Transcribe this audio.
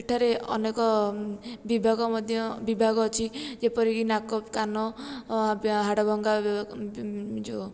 ସେଠାରେ ଅନେକ ମଧ୍ୟ ବିଭାଗ ଅଛି ଯେପରିକି ନାକ କାନ ହାଡ଼ ଭଙ୍ଗା ଯେଉଁ